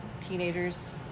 teenagers